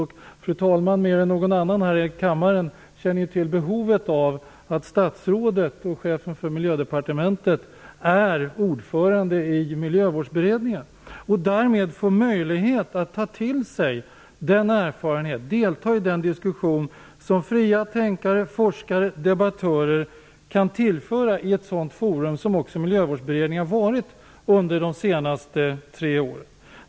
Fru talmannen känner mer än någon annan här i kammaren till behovet av att statsrådet och chefen för Miljödepartementet är ordförande i Miljövårdsberedningen och därmed får möjlighet att ta till sig den erfarenhet och delta i den diskussion som fria tänkare, forskare och debattörer kan tillföra ett sådant forum som Miljövårdsberedningen har varit under de senaste tre åren.